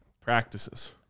Practices